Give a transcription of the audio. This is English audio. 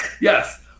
Yes